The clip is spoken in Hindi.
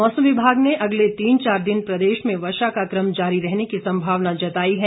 मौसम विभाग ने अगले तीन चार दिन प्रदेश में वर्षा का क्रम जारी रहने की संभावना जताई है